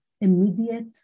immediate